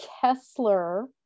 kessler